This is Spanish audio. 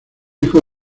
hijo